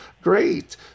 great